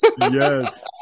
Yes